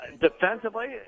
Defensively